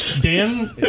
Dan